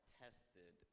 tested